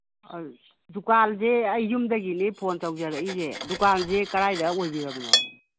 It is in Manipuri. ꯗꯨꯀꯥꯟꯁꯦ ꯑꯩ ꯌꯨꯝꯗꯒꯤꯅꯤ ꯐꯣꯟ ꯇꯧꯖꯔꯛꯏꯁꯦ ꯗꯨꯀꯥꯟꯁꯦ ꯀꯔꯥꯏꯗ ꯑꯣꯏꯕꯤꯔꯝꯅꯣ